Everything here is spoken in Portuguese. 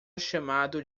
chamado